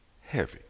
heavy